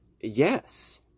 Yes